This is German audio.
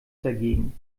dagegen